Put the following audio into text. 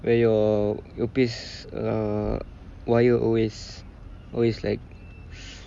where your earpiece err wire always always like